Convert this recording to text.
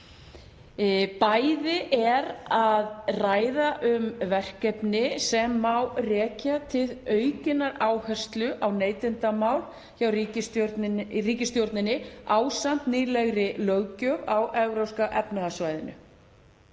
Bæði er að ræða um verkefni sem má rekja til aukinnar áherslu á neytendamál hjá ríkisstjórninni ásamt nýlegri löggjöf á Evrópska efnahagssvæðinu.